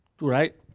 Right